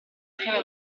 chiave